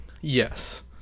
Yes